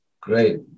Great